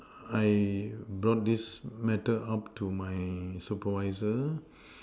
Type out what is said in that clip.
I brought this matter up to my supervisor